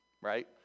right